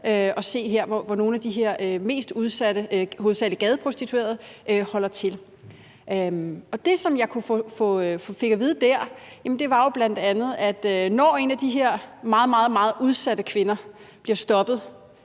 og se, hvor nogle af de mest udsatte, hovedsagelig gadeprostituerede, holder til. Det, som jeg fik at vide der, var jo bl.a., at når en af de her meget, meget udsatte kvinder bliver stoppet